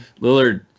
Lillard